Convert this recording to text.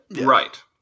Right